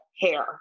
hair